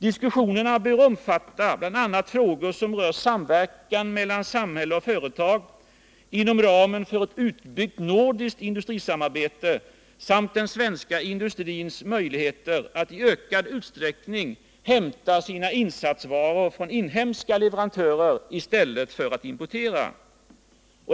Diskussionerna bör omfatta bl.a. frågor som rör samverkan mellan samhälle och företag inom ramen för ett utbyggt nordiskt industrisamarbete samt den svenska industrins möjligheter att i ökad utsträckning hämta sina insatsvaror från inhemska leverantörer i stället för attimportera.